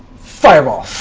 fireball.